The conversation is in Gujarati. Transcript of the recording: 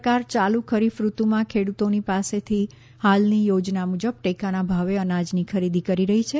સરકાર ચાલુ ખરીફ ઋતુમાં ખેડૂતોની પાસેથી હાલની યોજના મુજબ ટેકાના ભાવે અનાજની ખરીદી કરી રહી છે